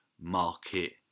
market